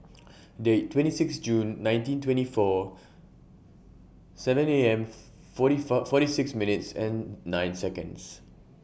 Date twenty six June nineteen twenty four seven A M forty four forty six minutes and nine Seconds